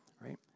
right